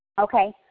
Okay